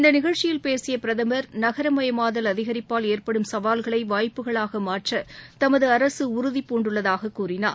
இந்த நிகழ்ச்சியில் பேசிய பிரதமர் நகரமயமாதல் அதிகரிப்பால் ஏற்படும் சவால்களை வாய்ப்புகளாக மாற்ற தமது அரசு உறுதி பூண்டுள்ளதாக கூறினார்